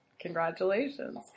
Congratulations